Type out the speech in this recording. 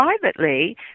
privately